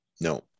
No